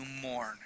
mourn